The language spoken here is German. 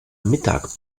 mittag